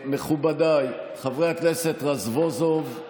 מכובדיי, חבר הכנסת רזבוזוב,